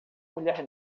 mulher